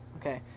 Okay